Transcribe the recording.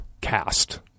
cast